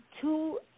two